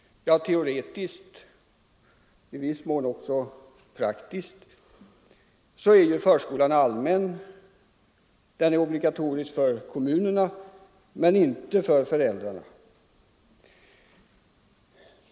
Ja, teoretiskt och i viss mån även praktiskt är ju förskolan allmän — den är obligatorisk för kommunerna men inte för föräldrarna.